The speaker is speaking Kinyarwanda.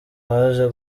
waje